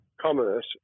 commerce